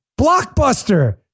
Blockbuster